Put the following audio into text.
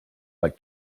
like